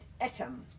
Etam